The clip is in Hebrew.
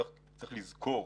צריך לזכור